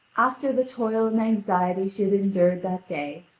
after the toil and anxiety she had endured that day,